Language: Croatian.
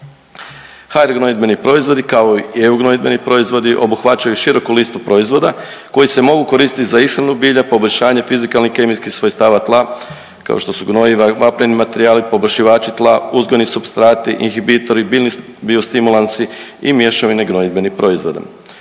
HR gnojidbeni proizvodi kao i EU gnojidbeni proizvodi obuhvaćaju široku listu proizvoda koji se mogu koristiti za ishranu bilja, poboljšanje fizikalnih i kemijskih svojstava tla kao što su gnojiva, vapneni materijali, poboljšivači tla, uzgojni supstrati, inhibitori, biljni biostimulansi i mješavine gnojidbenih proizvoda.